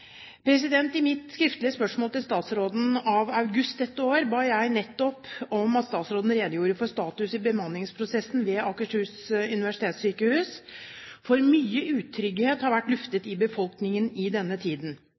I mitt skriftlige spørsmål til statsråden i august dette år ba jeg nettopp statsråden redegjøre for status i bemanningsprosessen ved Akershus universitetssykehus, for mye utrygghet har vært luftet i befolkningen i denne tiden.